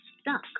stuck